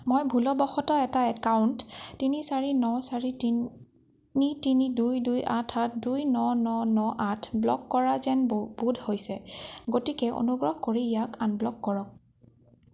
মই ভুলবশতঃ এটা একাউণ্ট তিনি চাৰি ন চাৰি ছয় তিনি দুই দুই আঠ আঠ দুই দু ন ন ন আঠ ব্লক কৰা যেন বো বোধ হৈছে গতিকে অনুগ্ৰহ কৰি ইয়াক আনব্লক কৰক